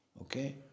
okay